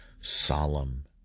Solemn